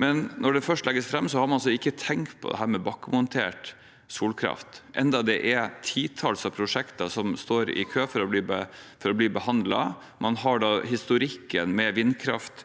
men når det først legges fram, har man ikke tenkt på bakkemontert solkraft, enda det er titalls prosjekter som står i kø for å bli behandlet. Man har historikken med vindkraft